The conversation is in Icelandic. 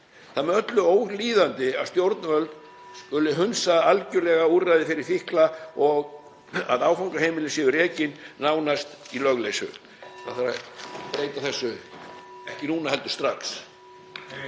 Það er með öllu ólíðandi að stjórnvöld (Forseti hringir.) skuli hunsa algerlega úrræði fyrir fíkla og að áfangaheimili séu rekin nánast í lögleysu. Það þarf að breyta þessu, ekki núna heldur strax.